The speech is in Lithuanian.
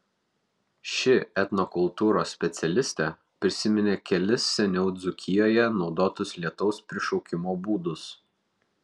ši etnokultūros specialistė prisiminė kelis seniau dzūkijoje naudotus lietaus prišaukimo būdus